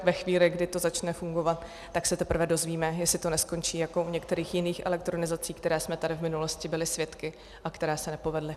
Ve chvíli, kdy to začne fungovat, se teprve dozvíme, jestli to neskončí jako u některých jiných elektronizací, kterých jsme tady v minulosti byli svědky a které se nepovedly.